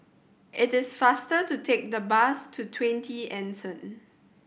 it is faster to take the bus to Twenty Anson